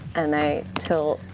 and i tilt